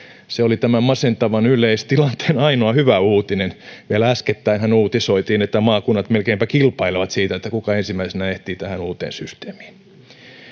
se oli tämän masentavan yleistilanteen ainoa hyvä uutinen vielä äskettäinhän uutisoitiin että maakunnat melkeinpä kilpailevat siitä kuka ensimmäisenä ehtii tähän uuteen systeemiin